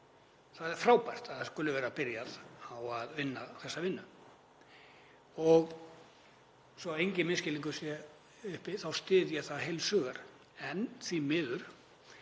það er frábært að það skuli vera byrjað á að vinna þessa vinnu og svo enginn misskilningur sé uppi þá styð ég það heils hugar. En því miður,